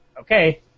okay